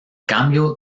cambio